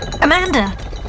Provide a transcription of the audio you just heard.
Amanda